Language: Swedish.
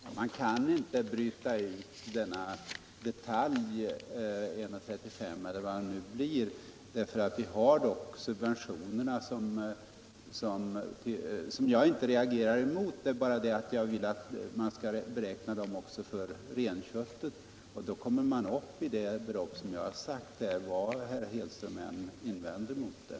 Herr talman! Man kan inte bryta ut denna detalj, som gäller ca 1:35 kr. Vi har dock subventioner på detta område, och jag reagerar inte mot dem. Jag vill bara att sådana skall utgå också för renköttet, och då kommer man upp i det belopp som jag nämnt, vad sedan herr Hedström än må invända mot det.